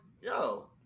yo